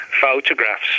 photographs